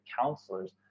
counselors